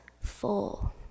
full